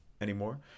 anymore